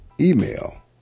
email